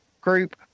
group